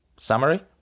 Summary